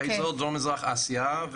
אזור דרום מזרח אסיה,